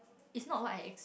it's not what I